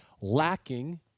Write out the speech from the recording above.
lacking